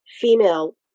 female